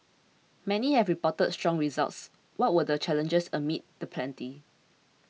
many have reported strong results what were the challenges amid the plenty